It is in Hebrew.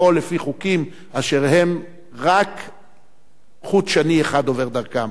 לפעול לפי חוקים אשר רק חוט שני אחד עובר דרכם,